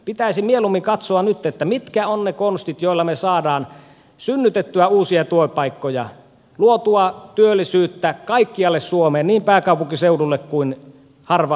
pitäisi mieluummin katsoa nyt mitkä ovat ne konstit joilla me saamme synnytettyä uusia työpaikkoja luotua työllisyyttä kaikkialle suomeen niin pääkaupunkiseudulle kuin harva asutusalueillekin